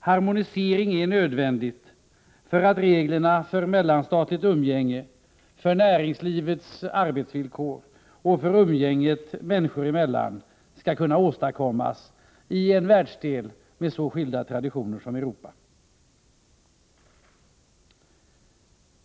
Harmonisering är nödvändig för reglerna för mellanstatligt umgänge, för näringslivets arbetsvillkor och för umgänget människor emellan i en världsdel med så skilda traditioner som Europa. Herr talman!